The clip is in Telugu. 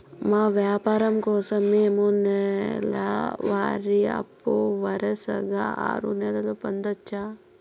మా వ్యాపారం కోసం మేము నెల వారి అప్పు వరుసగా ఆరు నెలలు పొందొచ్చా?